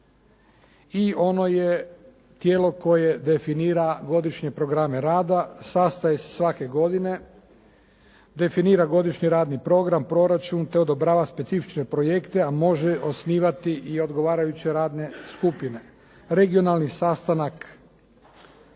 i ono je tijelo koje definira godišnje programe rada, sastaje se svake godine, definira godišnji radni program, proračun te odobrava specifične projekte a može osnivati i odgovarajuće radne skupine. Regionalni sastanak